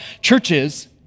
churches